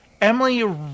Emily